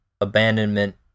abandonment